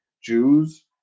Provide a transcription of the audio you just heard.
Jews